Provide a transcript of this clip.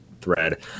thread